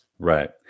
Right